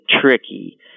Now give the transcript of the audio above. tricky